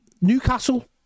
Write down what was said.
Newcastle